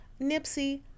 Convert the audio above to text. Nipsey